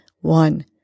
One